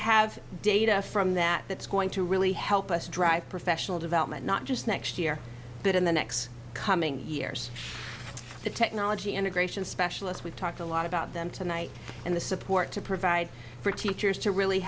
have data from that that's going to really help us drive professional development not just next year but in the next coming years the technology integration specialists we've talked a lot about them tonight and the support to provide for teachers to really